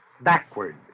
backward